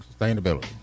sustainability